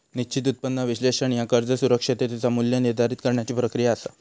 निश्चित उत्पन्न विश्लेषण ह्या कर्ज सुरक्षिततेचा मू्ल्य निर्धारित करण्याची प्रक्रिया असा